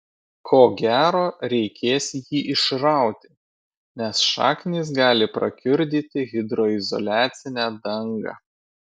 ko gero reikės jį išrauti nes šaknys gali prakiurdyti hidroizoliacinę dangą